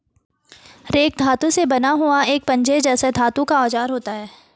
rake धातु से बना हुआ एक पंजे जैसा धातु का औजार होता है